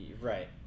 right